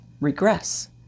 regress